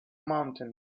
mountain